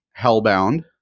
hellbound